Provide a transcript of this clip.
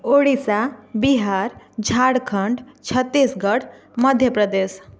Odisha Bihar Jharkhand Chhattisgarh Madhya Pradesh